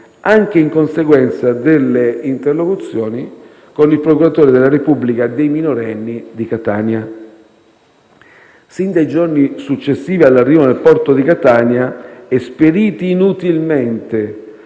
anche in conseguenza delle interlocuzioni con il procuratore della Repubblica dei minorenni di Catania. Sin dai giorni successivi all'arrivo nel porto di Catania, esperiti inutilmente